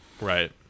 Right